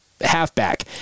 Halfback